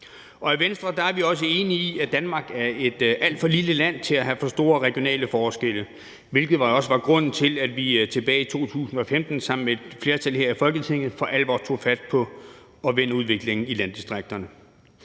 og i Venstre er vi også enige i, at Danmark er et alt for lille land til at have for store regionale forskelle, hvilket også var grunden til, at vi tilbage i 2015 sammen med et flertal her i Folketinget for alvor tog fat på at vende udviklingen i landdistrikterne.